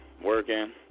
working